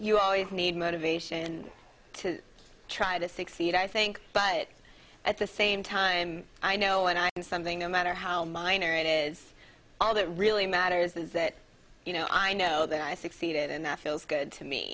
you always need motivation to try to succeed i think but at the same time i know when i do something no matter how minor it is all that really matters is that you know i know that i succeeded and that feels good to me